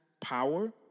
power